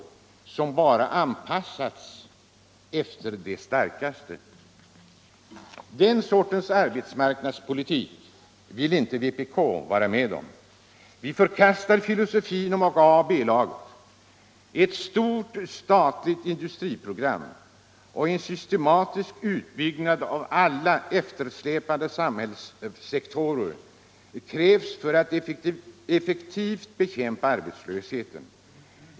vilka bara anpassats efter de starkaste. Den sortens arbetsmarknadspolitik vill inte vpk vara med om. Vi förkastar filosofin om A och B-laget. Ett stort statligt industriprogram och en systematisk utbyggnad av alla eftersläpande samhällssektorer krävs för aut effektivt bekämpa arbetslösheten.